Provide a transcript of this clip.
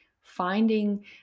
finding